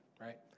right